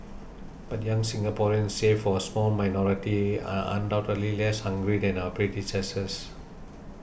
but young Singaporeans save for a small minority are undoubtedly less hungry than our predecessors